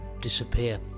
disappear